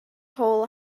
hole